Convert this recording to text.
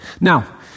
Now